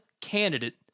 candidate